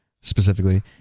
specifically